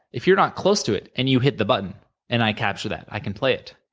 if you're not close to it and you hit the button and i capture that, i can play it,